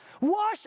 wash